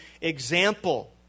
example